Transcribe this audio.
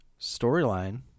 Storyline